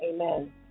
Amen